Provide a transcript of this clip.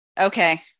okay